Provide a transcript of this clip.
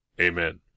Amen